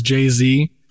Jay-Z